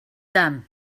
them